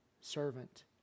servant